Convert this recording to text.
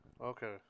Okay